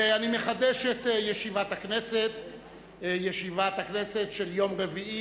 אני מחדש את ישיבת הכנסת של יום רביעי,